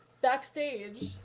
backstage